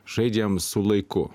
žaidžiam su laiku